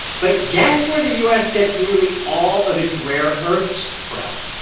but guess where the u s. gets nearly all of its rare earths from?